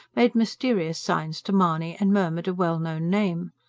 made mysterious signs to mahony and murmured a well-known name.